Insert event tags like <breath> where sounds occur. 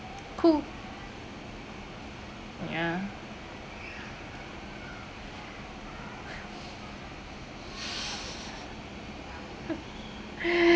cool ya <noise> <laughs> <breath>